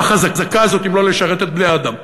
החזקה הזאת אם לא לשרת את בני-האדם?